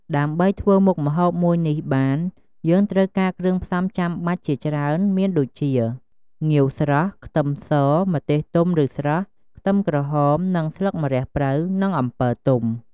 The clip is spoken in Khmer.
ដើម្បីធ្វើមុខម្ហូបមួយនេះបាន យើងត្រូវការគ្រឿងផ្សំចាំបាច់ជាច្រើនមានដូចជា ងាវស្រស់ ខ្ទឹមស ម្ទេសទុំឬស្រស់ ខ្ទឹមក្រហម និងស្លឹកម្រះព្រៅ និងអំពិលទុំ។